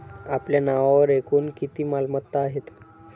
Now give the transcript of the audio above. आपल्या नावावर एकूण किती मालमत्ता आहेत?